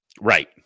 Right